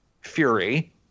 fury